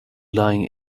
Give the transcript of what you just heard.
lying